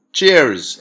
Cheers